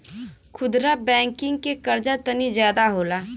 खुदरा बैंकिंग के कर्जा तनी जादा होला